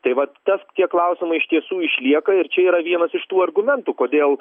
tai vat tas tie klausimai iš tiesų išlieka ir čia yra vienas iš tų argumentų kodėl